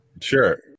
Sure